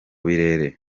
birere